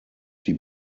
die